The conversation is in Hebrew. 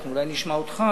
אנחנו אולי נשמע אותך,